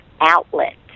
outlet